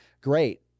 Great